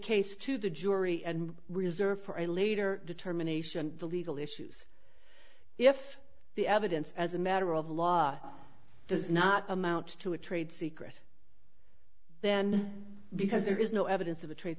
case to the jury and reserve for a later determination the legal issues if the evidence as a matter of law does not amount to a trade secret then because there is no evidence of a trade